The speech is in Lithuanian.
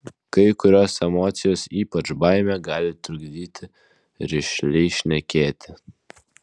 kai kurios emocijos ypač baimė gali trukdyti rišliai šnekėti